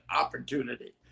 opportunity